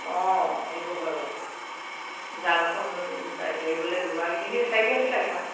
অঁ সেইটো হয় বাৰু জালখন ধৰিবলে দুগৰাকী তিনি চাৰিগৰাকী লাগে আৰু